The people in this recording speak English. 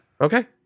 Okay